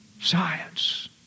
Science